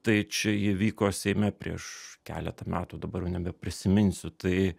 tai čia įvyko seime prieš keletą metų dabar jau nebeprisiminsiu tai